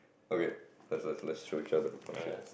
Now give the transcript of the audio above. okay let's let's let's throw each other oh shit